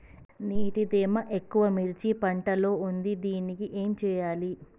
నీటి తేమ ఎక్కువ మిర్చి పంట లో ఉంది దీనికి ఏం చేయాలి?